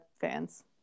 fans